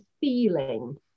feeling